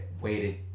waited